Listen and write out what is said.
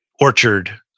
orchard